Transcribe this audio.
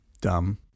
Dumb